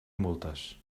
multes